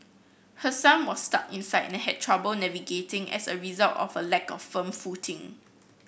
her son was stuck inside and had trouble navigating as a result of a lack of firm footing